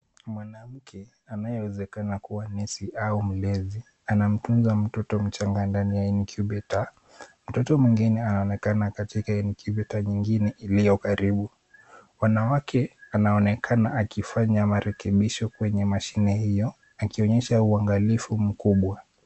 Mwanamke anayeweza kuwa ni nesi au mlezi anamtunza mtoto mdogo ndani ya [C]incubator[C]. Mtoto mwengine anaonekana katika [c]incubator[c] nyingine iliyo karibu. Mwanamke anaonekana akifanya marekebisho kwenye mashine hiyo akionyesha uangalifu mkubwa.